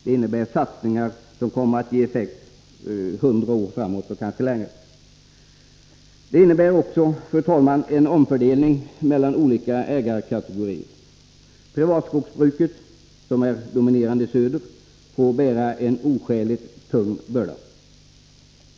Det innebär satsningar som kommer att ge effekt hundra år framåt och kanske längre. Det innebär också, fru talman, en omfördelning mellan olika ägarkategorier. Privatskogsbruket, som dominerar i söder, får bära en oskäligt tung börda.